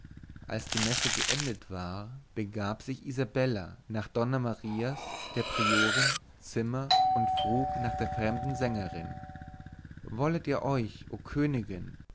als die messe geendet war begab sich isabella nach donna marias der priorin zimmern und frug nach der fremden sängerin wollet euch o königin